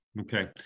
okay